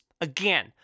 Again